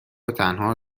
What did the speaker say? وتنها